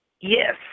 Yes